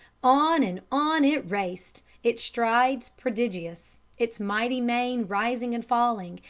on and on it raced, its strides prodigious, its mighty mane rising and falling,